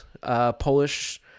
Polish